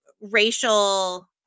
racial